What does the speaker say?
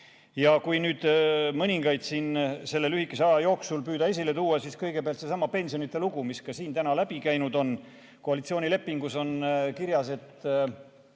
nüüd midagi selle lühikese aja jooksul püüda esile tuua, siis kõigepealt seesama pensionide lugu, mis ka siin täna läbi käinud on. Koalitsioonilepingus on kirjas, et